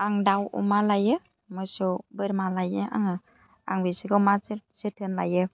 आं दाउ अमा लायो मोसौ बोरमा लायो आङो आं बेसोरखौ मा जो जोथोन लायो